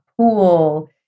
pool